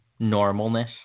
normalness